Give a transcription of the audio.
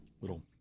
little